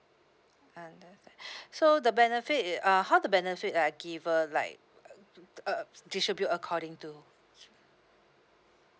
understand so the benefit it uh how the benefit are given like uh uh distribute according to